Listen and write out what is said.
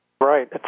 Right